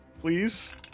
please